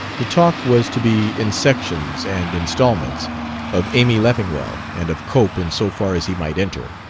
the talk was to be in sections and installments of amy leffingwell, and of cope in so far as he might enter.